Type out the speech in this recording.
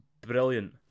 brilliant